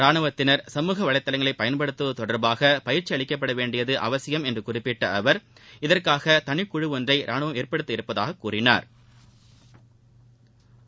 ரானுவத்தினா் சமூக வலைத்தளங்களை பயன்படுத்துவது தொடா்பாக பயிற்சி அளிக்கப்பட வேண்டியது அவசியம் என்று குறிப்பிட்ட அவா் இதற்காக தனிக்குழு ஒன்றை ரானுவம் ஏற்படுத்த இருப்பதாக கூறினாா்